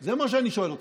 זה מה שאני שואל אותך.